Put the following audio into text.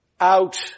out